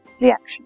reaction